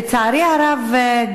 לצערי הרב,